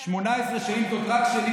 18 שאילתות רק שלי,